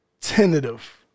tentative